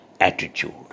attitude